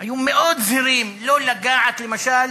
היו מאוד זהירים לא לגעת למשל